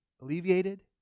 alleviated